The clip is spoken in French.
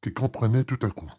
qu'elle comprenait tout à coup